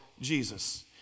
Jesus